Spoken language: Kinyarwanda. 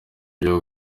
byo